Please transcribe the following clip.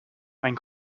ein